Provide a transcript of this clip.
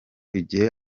igihe